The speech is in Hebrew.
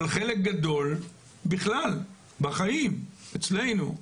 אבל חלק גדול, בכלל, בחיים אצלנו,